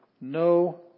no